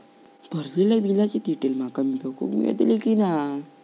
भरलेल्या बिलाची डिटेल माका बघूक मेलटली की नाय?